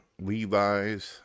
Levi's